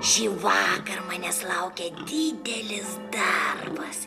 šįvakar manęs laukia didelis darbas